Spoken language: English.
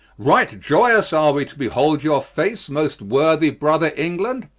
right ioyous are we to behold your face, most worthy brother england,